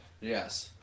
Yes